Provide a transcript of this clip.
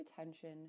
attention